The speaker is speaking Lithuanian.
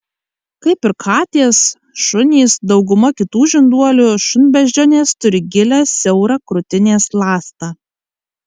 kaip ir katės šunys dauguma kitų žinduolių šunbeždžionės turi gilią siaurą krūtinės ląstą